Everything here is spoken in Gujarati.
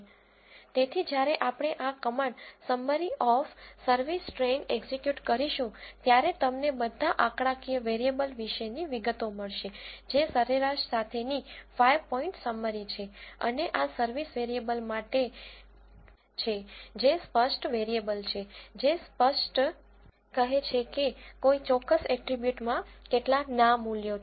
તેથી જ્યારે આપણે આ command summary of service train execute કરીશું ત્યારે તમને બધા આંકડાકીય વેરીએબલ વિશેની વિગતો મળશે જે સરેરાશ સાથેની 5 પોઈન્ટ સમ્મરી છે અને આ સર્વિસ વેરિયેબલ માટે છે જે સ્પષ્ટ વેરીએબલ છે જે સ્પષ્ટ કહે છે કે કોઈ ચોક્કસ એટ્રીબ્યુટમાં કેટલા ના મૂલ્યો છે